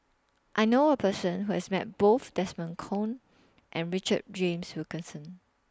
I knew A Person Who has Met Both Desmond Kon and Richard James Wilkinson